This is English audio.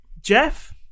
Jeff